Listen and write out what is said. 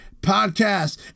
podcast